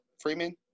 Freeman